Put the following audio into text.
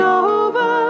over